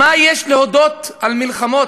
מה יש להודות על מלחמות?